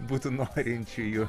būtų norinčiųjų